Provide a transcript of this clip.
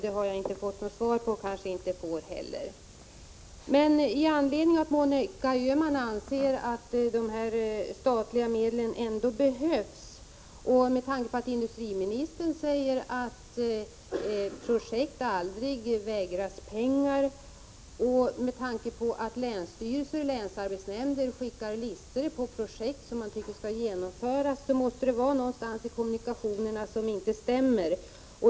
Något svar på den frågan kanske jag inte får heller. I anledning av att Monica Öhman anser att de statliga medlen ändå behövs, med tanke på att industriministern säger att projekt aldrig vägras pengar och med tanke på att länsstyrelser och länsarbetsnämnder skickar listor på projekt som de tycker bör genomföras, måste det vara någonting i kommunikationerna som inte stämmer.